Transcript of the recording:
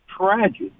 tragic